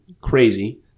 crazy